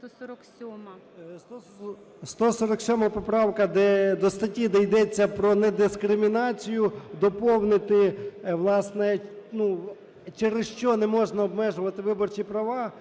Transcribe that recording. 147 поправка. До статті, де йдеться про недискримінацію, доповнити, власне, через що не можна обмежувати виборчі права,